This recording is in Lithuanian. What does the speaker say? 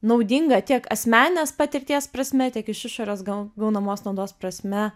naudinga tiek asmeninės patirties prasme tiek iš išorės gau gaunamos naudos prasme